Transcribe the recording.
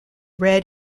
read